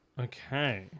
Okay